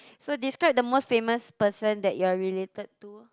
so describe the most famous person that you're related to